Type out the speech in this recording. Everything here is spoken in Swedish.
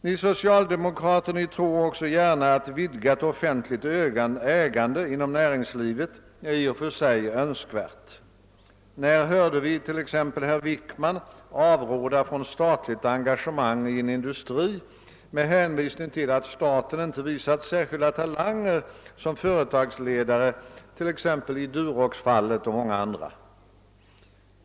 Ni socialdemokrater tror gärna att ett vidgat offentligt ägande inom näringslivet i och för sig är önskvärt. När hörde ni t.ex. herr Wickman avråda från statligt engagemang i en industri med hänvisning till att staten inte visat några särskilda talanger som = företagsledare, t.ex. i Duroxfallet och många andra?